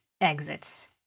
exits